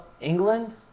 England